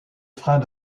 freins